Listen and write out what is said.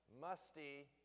musty